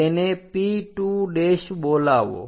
તેને P2 બોલાવો